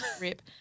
Rip